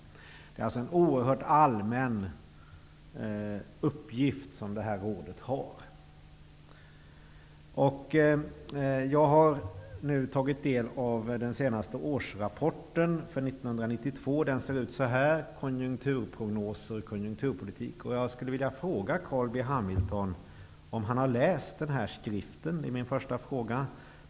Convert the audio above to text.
Det är alltså en oerhört allmän uppgift som detta råd har. Jag har nu tagit del av den senaste årsrapporten, den för år 1992. Den ser ut så här och heter Konjunkturprognoser & konjunkturpolitik. Jag skulle vilja fråga Carl B Hamilton om han har läst denna skrift. Det är min första fråga.